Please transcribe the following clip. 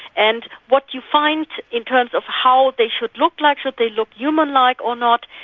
and what you find in terms of how they should look, like should they look humanlike or not,